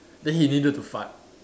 then he didn't dare to fart